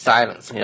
Silence